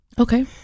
Okay